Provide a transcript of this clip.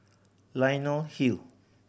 Leonie Hill